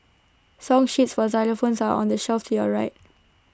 song sheets for xylophones are on the shelf to your right